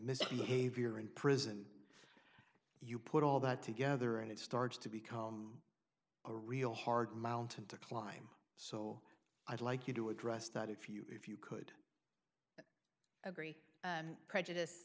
misbehavior in prison you put all that together and it starts to become a real hard mountain to climb so i'd like you to address that if you if you could agree and prejudice